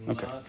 Okay